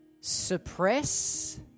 suppress